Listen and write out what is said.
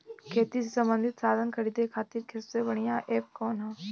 खेती से सबंधित साधन खरीदे खाती सबसे बढ़ियां एप कवन ह?